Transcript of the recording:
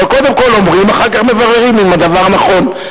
אבל קודם כול אומרים ואחר כך מבררים אם הדבר נכון.